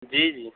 جی جی